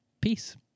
Peace